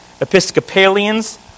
Episcopalians